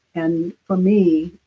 and for me,